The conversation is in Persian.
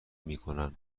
میکنن